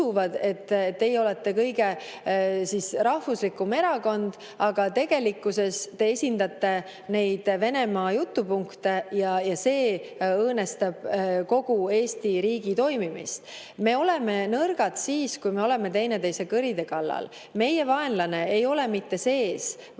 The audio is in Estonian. et teie olete kõige rahvuslikum erakond, aga tegelikkuses te esindate neid Venemaa jutupunkte ja see õõnestab kogu Eesti riigi toimimist. Me oleme nõrgad siis, kui me oleme teineteise kõride kallal. Meie vaenlane ei ole mitte Eestis,